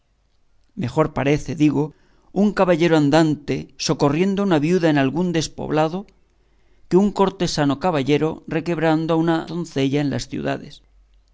mejor parece digo un caballero andante socorriendo a una viuda en algún despoblado que un cortesano caballero requebrando a una doncella en las ciudades